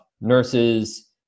nurses